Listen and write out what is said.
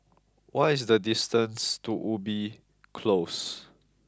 what is the distance to Ubi Close